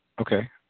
Okay